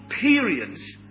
periods